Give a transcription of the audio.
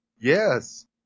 Yes